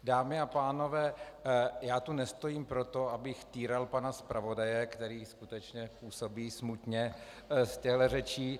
Dámy a pánové, já tu nestojím proto, abych týral pana zpravodaje, který skutečně působí smutně z těchhle řečí.